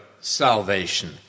salvation